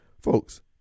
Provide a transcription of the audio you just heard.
folks